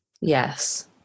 Yes